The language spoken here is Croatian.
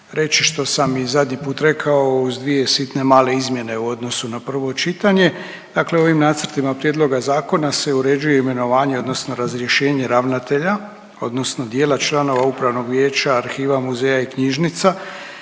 reći što sam i zadnji put rekao uz dvije sitne male izmjene u odnosu na prvo čitanje. Dakle, ovim nacrtima prijedloga zakona se uređuje imenovanje odnosno razrješenje ravnatelja odnosno dijela članova upravnog vijeća, arhiva muzeja i knjižnica